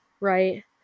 right